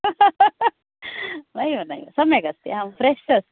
नैव नैव सम्यक् अस्ति फ्रेश् अस्ति